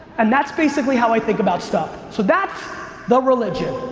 and that's basically how i think about stuff. so that's the religion.